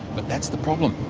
but that's the problem,